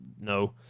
no